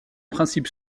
principe